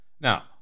Now